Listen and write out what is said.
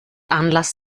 anlass